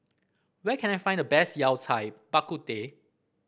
where can I find the best Yao Cai Bak Kut Teh